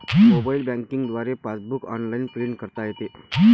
mobile banking द्वारे passbook online print करता येते